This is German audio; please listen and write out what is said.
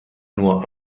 nur